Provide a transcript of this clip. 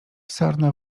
sarna